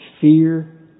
fear